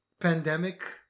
pandemic